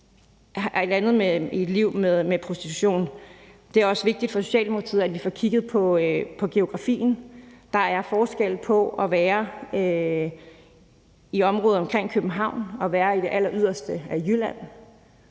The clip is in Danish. Det er også vigtigt for Socialdemokratiet, at vi får kigget på geografien. Der er forskel på at være i området omkring København og at være i det alleryderste af Jylland.